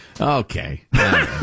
Okay